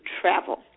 travel